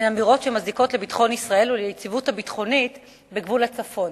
שאלה הן אמירות שמזיקות לביטחון ישראל וליציבות הביטחונית בגבול הצפון.